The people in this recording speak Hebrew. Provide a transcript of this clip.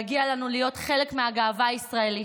מגיע לנו להיות חלק מהגאווה הישראלית,